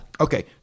okay